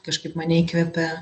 kažkaip mane įkvėpė